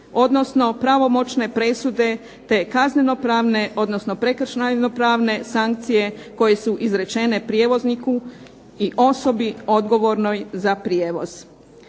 odnosno pravomoćne presude te kaznenopravne odnosno prekršajno pravne sankcije koje su izrečene prijevozniku i osobi odgovornoj za prijevoz.